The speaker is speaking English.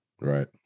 Right